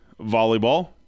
volleyball